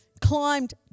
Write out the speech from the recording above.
climbed